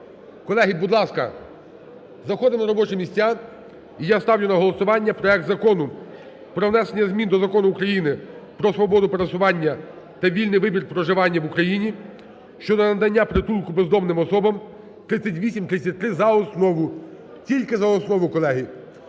Колеги, будь ласка, заходимо на робочі місця і я ставлю на голосування проект Закону про внесення змін до Закону України "Про свободу пересування та вільний вибір проживання в Україні" (щодо надання притулку бездомним особам) (3833) за основу. Тільки за основу, колеги.